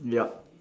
ya